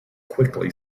quickly